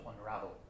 unravel